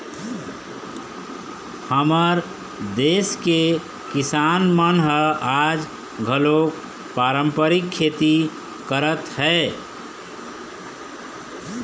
हमर देस के किसान मन ह आज घलोक पारंपरिक खेती करत हे